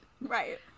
Right